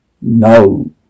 no